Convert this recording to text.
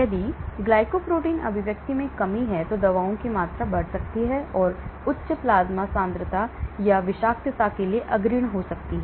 यदि ग्लाइकोप्रोटीन अभिव्यक्ति में कमी हैं तो दवा की मात्रा बढ़ सकती है जो उच्च प्लाज्मा सांद्रता या विषाक्तता के लिए अग्रणी हो सकती है